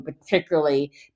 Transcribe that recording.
particularly